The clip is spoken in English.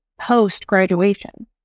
post-graduation